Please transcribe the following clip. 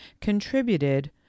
contributed